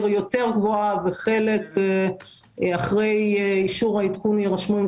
גבוהה יותר וחלק אחרי אישור העדכון יירשמו עם